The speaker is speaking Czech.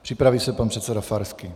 Připraví se pan předseda Farský.